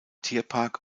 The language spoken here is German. tierpark